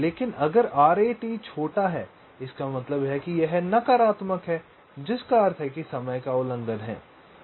लेकिन अगर RAT छोटा है इसका मतलब है कि यह नकारात्मक है जिसका अर्थ है कि समय का उल्लंघन है